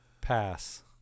Pass